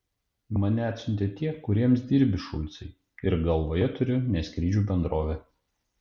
mane atsiuntė tie kuriems dirbi šulcai ir galvoje turiu ne skrydžių bendrovę